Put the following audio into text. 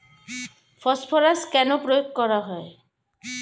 Phosphorus কেন প্রয়োগ করা হয়?